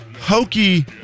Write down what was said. hokey